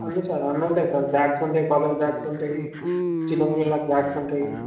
అన్నీ సార్ ఎన్నుంటాయి బ్యాగ్స్ ఉంటాయి కాలేజ్ బ్యాగ్స్ ఉంటాయి చిన్నపిల్లలకి బ్యాగ్స్ ఉంటాయి